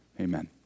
amen